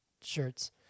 shirts